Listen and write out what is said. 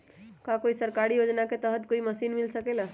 का कोई सरकारी योजना के तहत कोई मशीन मिल सकेला?